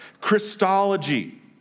Christology